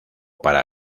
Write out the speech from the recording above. para